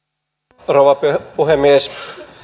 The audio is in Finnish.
arvoisa rouva puhemies